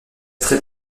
très